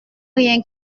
rien